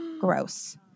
gross